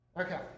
Okay